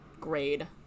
grade